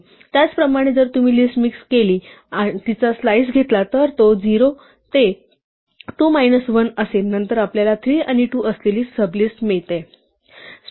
त्याचप्रमाणे जर तुम्ही लिस्ट मिक्सड केली आणि आपण तिचा स्लाइस घेतला तर तो 0 ते 2 मायनस 1 असेल नंतर आपल्याला 3 आणि 2 असलेली सबलिस्ट मिळते